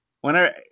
whenever